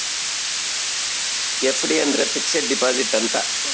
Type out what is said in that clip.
FD ಅಂದ್ರ fixed deposit ಅಂತ